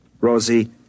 Rosie